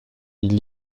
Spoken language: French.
ils